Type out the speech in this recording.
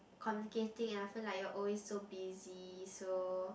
communicating and often like you are always so busy so